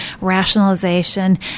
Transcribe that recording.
rationalization